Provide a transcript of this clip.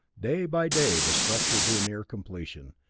day by day the structure drew nearer completion,